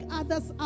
others